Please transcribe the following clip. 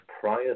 prior